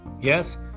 Yes